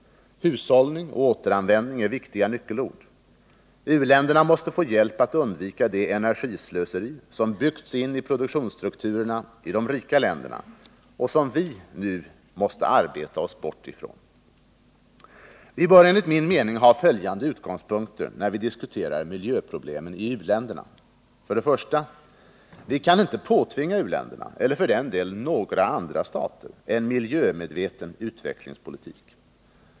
Hushållning och återanvändning är viktiga nyckelord. U-länderna måste få hjälp att undvika det energislöseri som byggts in i produktionsstrukturerna i de rika länderna och som vi nu måste arbeta oss bort ifrån. Vi bör enligt min mening ha följande utgångspunkter när vi diskuterar miljöproblemen i u-länderna: 1. Vi kan inte påtvinga u-länderna — eller för den delen några andra stater — en miljömedveten utvecklingspolitik.